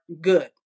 good